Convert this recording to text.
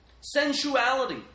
Sensuality